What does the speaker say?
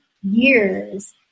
years